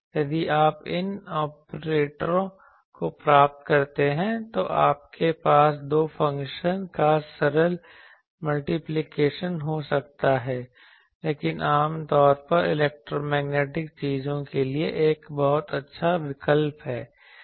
यदि आप इन ऑपरेटरों को प्राप्त करते हैं तो आपके पास दो फंक्शन का सरल मल्टीप्लिकेशन हो सकता है लेकिन आम तौर पर इलेक्ट्रो मैग्नेटिक चीजों के लिए एक बहुत अच्छा विकल्प है